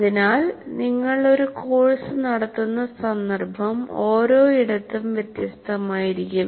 അതിനാൽ നിങ്ങൾ ഒരു കോഴ്സ് നടത്തുന്ന സന്ദർഭം ഒരോയിടത്തും വ്യത്യസ്തമായിരിക്കും